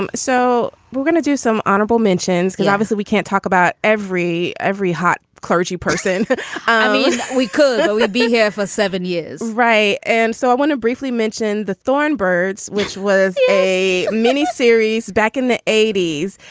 um so we're gonna do some honorable mentions. obviously, we can't talk about every every hot clergy person but i mean, we could but be here for seven years. right and so i want to briefly mention the thorn birds, which was a mini series back in the eighty s,